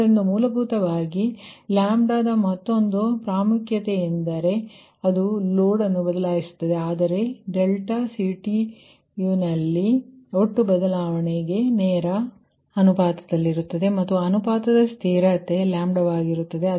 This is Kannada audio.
ಆದ್ದರಿಂದ ಮೂಲಭೂತವಾಗಿ ಲ್ಯಾಂಬ್ಡಾದ ಮತ್ತೊಂದು ಪ್ರಾಮುಖ್ಯತೆ ಎಂದರೆ ಅದು ಲೋಡ್ ಬದಲಿಸುತ್ತದೆ ಆದರೆ CTವು ಲೋಡ್ PLಗೆ ನೇರ ಅನುಪಾತದಲ್ಲಿರುತ್ತದೆ ಮತ್ತು ಅನುಪಾತದ ಸ್ಥಿರತೆ ಲ್ಯಾಂಬ್ಡಾವಾಗಿರುತ್ತದೆ